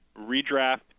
redraft